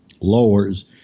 Lowers